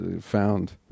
found